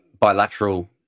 bilateral